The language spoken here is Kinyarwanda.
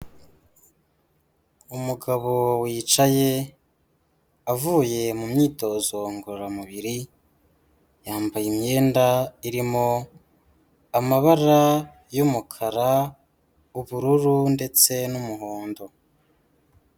Umugabo wicaye avuye mu myitozo ngororamubiri, yambaye imyenda irimo amabara y'umukara, ubururu ndetse n'umuhondo.